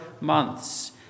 months